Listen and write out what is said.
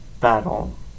battle